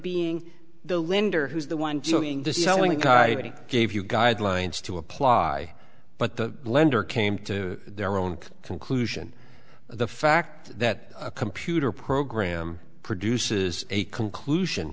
being the linder who's the one joining the selling guy gave you guidelines to apply but the lender came to their own conclusion the fact that a computer program produces a conclusion